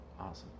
Awesome